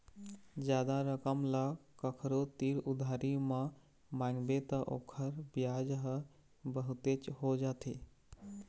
जादा रकम ल कखरो तीर उधारी म मांगबे त ओखर बियाज ह बहुतेच हो जाथे